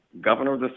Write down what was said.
governor